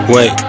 Wait